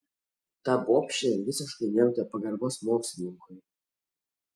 ta bobšė visiškai nejautė pagarbos mokslininkui